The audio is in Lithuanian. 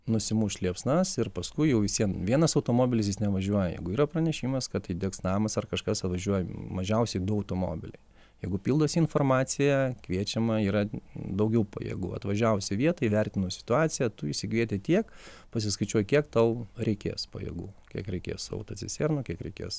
nusimušt liepsnas ir paskui jau vis vien vienas automobilis jis nevažiuoja jeigu yra pranešimas kad degs namas ar kažkas važiuoja mažiausiai du automobiliai jeigu pildosi informacija kviečiama yra daugiau pajėgų atvažiavus į vietą įvertinus situaciją tų įsigyjate tiek pasiskaičiuoji kiek tau reikės pajėgų kiek reikės autocisternų kiek reikės